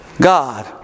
God